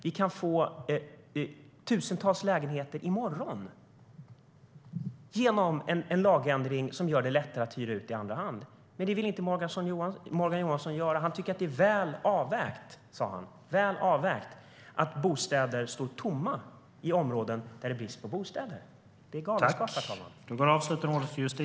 Vi kan genom en lagändring som gör det lättare att hyra ut i andra hand få fram tusentals lägenheter i morgon, men det vill Morgan Johansson inte göra. Han tycker att det är väl avvägt trots att bostäder står tomma i områden där det är brist på bostäder. Det är galenskap, herr talman.